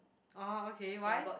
oh okay why